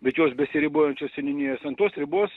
bet jos besiribojančios seniūnijos ant tos ribos